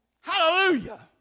Hallelujah